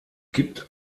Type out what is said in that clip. gibt